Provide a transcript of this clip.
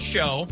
Show